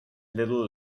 little